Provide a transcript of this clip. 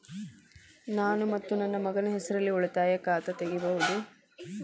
ನಾನು ಮತ್ತು ನನ್ನ ಮಗನ ಹೆಸರಲ್ಲೇ ಉಳಿತಾಯ ಖಾತ ತೆಗಿಬಹುದ?